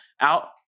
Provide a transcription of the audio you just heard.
Out